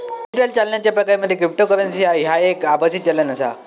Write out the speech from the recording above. digital चालनाच्या प्रकारांमध्ये cryptocurrency ह्या एक आभासी चलन आसा